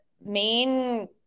main